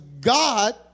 God